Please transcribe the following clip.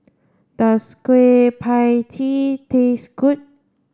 does Kueh Pie Tee taste good